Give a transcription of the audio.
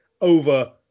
over